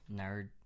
nerd